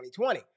2020